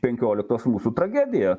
penkioliktos mūsų tragedija